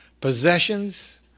possessions